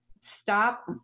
stop